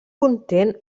content